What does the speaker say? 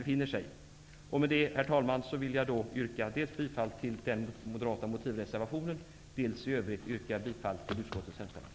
Därmed, herr talman, yrkar jag bifall till den moderata motivreservationen och i övrigt till utskottets hemställan.